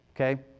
okay